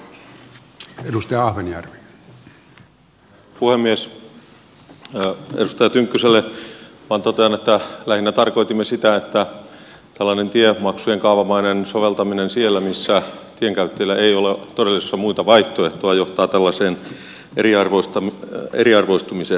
edustaja tynkkyselle vain totean että lähinnä tarkoitimme sitä että tällainen tiemaksujen kaavamainen soveltaminen siellä missä tienkäyttäjillä ei ole todellisuudessa muita vaihtoehtoja johtaa tällaiseen eriarvoistumiseen